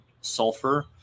sulfur